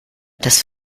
das